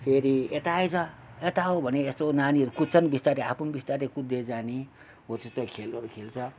फेरि यता आइज यता आउँ भने यस्तो नानीहरू कुद्छ नि बिस्तारी आफू पनि बिस्तारी कुद्दै जाने हो त्यस्तो खेलहरू खेल्छ